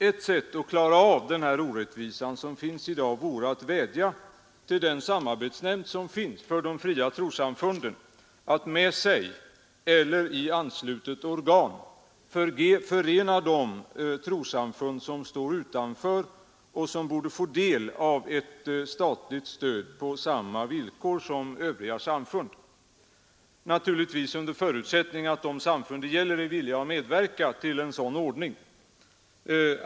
Ett sätt att klara av den orättvisa som finns i dag vore att vädja till den samarbetsnämnd som finns för de fria trossamfunden att med sig eller i anslutet organ förena de trossamfund som står utanför och borde få del av ett statligt stöd på samma villkor som övriga samfund, naturligtvis om de samfund det gäller är villiga att medverka till en sådan ordning.